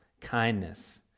kindness